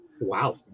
Wow